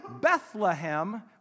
Bethlehem